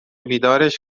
بیدارش